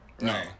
No